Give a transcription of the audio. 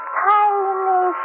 tiny